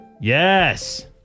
Yes